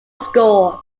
score